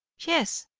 yes,